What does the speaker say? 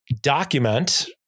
document